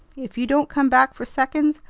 if you don't come back for seconds,